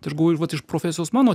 tai aš galvoju vat iš profesijos mano